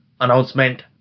announcement